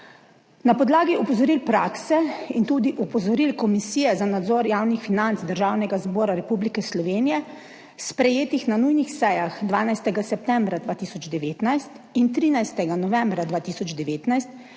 Na podlagi opozoril prakse in tudi opozoril Komisije za nadzor javnih financ Državnega zbora Republike Slovenije, sprejetih na nujnih sejah 12. septembra 2019 in 13. novembra 2019,